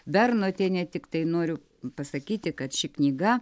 bernotienė tiktai noriu pasakyti kad ši knyga